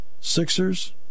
Sixers